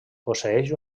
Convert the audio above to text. posseeix